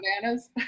bananas